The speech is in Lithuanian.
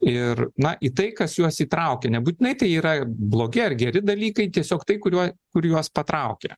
ir na į tai kas juos įtraukia nebūtinai tai yra blogi ar geri dalykai tiesiog tai kuriuo kur juos patraukia